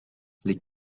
les